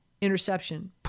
interception